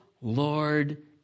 Lord